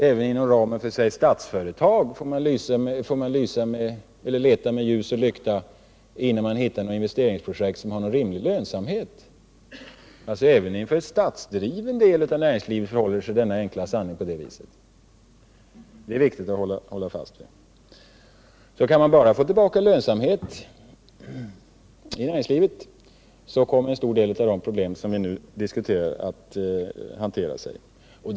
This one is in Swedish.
Även inom ramen för Statsföretag får man leta med ljus och lykta innan man hittar något investeringsobjekt som har rimlig lönsamhet. Även för en statsdriven del av svenskt näringsliv är alltså detta den enkla sanningen — det är viktigt att slå fast. Kan man bara få tillbaka lönsamhet i näringslivet kommer en stor del av de problem som vi nu diskuterar att kunna hanteras.